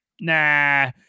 nah